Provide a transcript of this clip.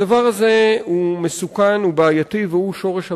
הדבר הזה מסוכן ובעייתי, והוא שורש הבעיה.